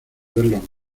verlos